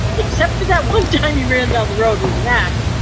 except for that one time he ran down the road with max.